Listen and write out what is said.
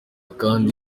kandi